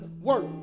work